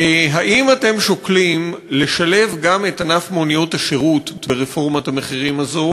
האם אתם שוקלים לשלב גם את ענף מוניות השירות ברפורמת המחירים הזו?